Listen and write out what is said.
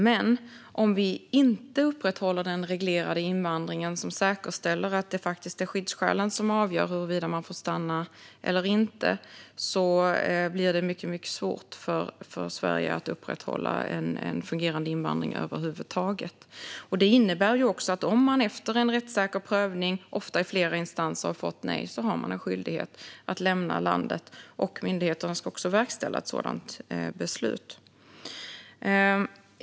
Men om vi inte upprätthåller den reglerade invandringen, som säkerställer att det faktiskt är skyddsskälen som avgöra huruvida man får stanna eller inte, blir det mycket svårt för Sverige att upprätthålla en fungerande invandring över huvud taget. Detta innebär också att om man efter en rättssäker prövning, ofta i flera instanser, fått nej är man skyldig att lämna landet, och myndigheterna ska också verkställa ett sådant beslut.